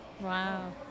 Wow